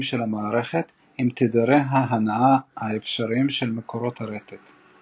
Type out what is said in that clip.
של המערכת עם תדרי ההנעה האפשריים של מקורות הרטט.